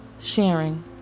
sharing